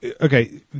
Okay